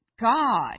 god